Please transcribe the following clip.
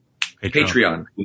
Patreon